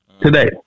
today